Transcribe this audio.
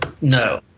no